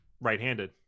right-handed